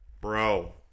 Bro